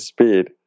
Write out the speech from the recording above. Speed